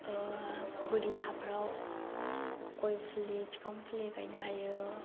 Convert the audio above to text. ओह बोरि हाफ्राव गय फुलि फिफां फुलि गायनो हायो